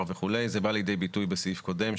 וכולי: זה בא לידי ביטוי בסעיף קודם,